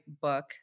book